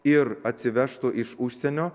ir atsivežtų iš užsienio